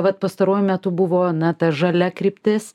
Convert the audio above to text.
vat pastaruoju metu buvo na ta žalia kryptis